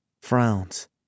frowns